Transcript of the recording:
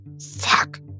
Fuck